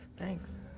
Thanks